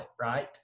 right